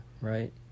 right